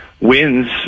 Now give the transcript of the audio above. wins